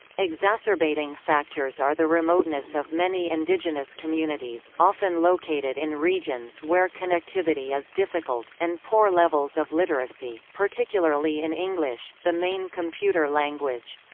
exacerbating factors are the remoteness of many indigenous communities often located in regions where connectivity is difficult and poor levels of literacy, particularly in english, the main computer language.